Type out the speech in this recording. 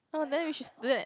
oh then we should do that